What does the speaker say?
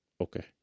Okay